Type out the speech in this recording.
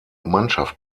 mannschaft